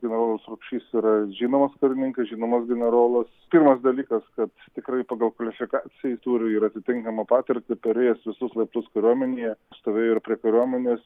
generolas rupšys yra žinomas karininkas žinomas generolas pirmas dalykas kad tikrai pagal kvalifikacijai turi ir atitinkamą patirtį perėjęs visus laiptus kariuomenėje stovėjo ir prie kariuomenės